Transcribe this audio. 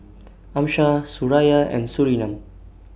Amsyar Suraya and Surinam